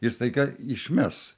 ir staiga išmes